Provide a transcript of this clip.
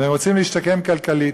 והם רוצים להשתקם כלכלית,